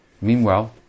Meanwhile